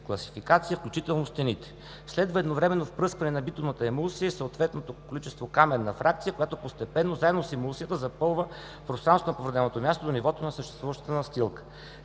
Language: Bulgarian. включително стените. Следва едновременно впръскване на битумна емулсия и съответното количество каменна фракция, която постепенно, заедно с емулсията, запълва пространството на повреденото място до нивото на съществуващата настилка.